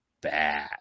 bad